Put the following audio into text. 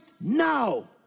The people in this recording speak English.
now